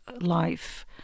life